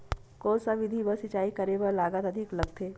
कोन सा विधि म सिंचाई करे म लागत अधिक लगथे?